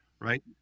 right